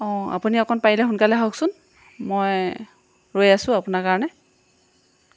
অঁ আপুনি অকণ পাৰিলে সোনকালে আহকচোন মই ৰৈ আছোঁ আপোনাৰ কাৰণে